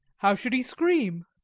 how should he scream?